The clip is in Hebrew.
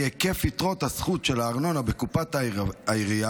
נחשף כי היקף יתרות הזכות של הארנונה בקופת העירייה,